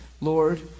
Lord